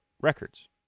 records